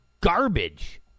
garbage